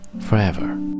forever